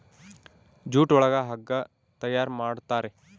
jute ಒಳಗ ಹಗ್ಗ ತಯಾರ್ ಮಾಡುತಾರೆ